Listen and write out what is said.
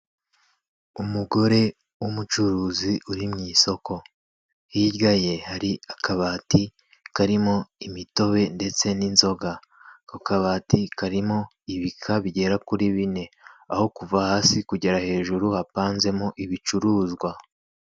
Umugore w'umucuruzi uri mu isoko hirya ye hari akabati karimo imitobe ndetse n'inzoga, ako kabati karimo ibika bigera kuri bine, aho kuva hasi kugera hejuru hapanzemo ibicuruzwa.